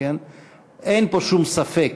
אין פה שום ספק